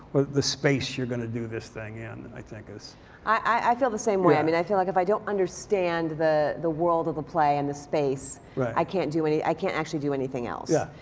the space you're going to do this thing in i think is i i feel the same way, i mean i feel like if i don't understand the the world of the play in the space i can't do any i can't actually do anything else. yeah.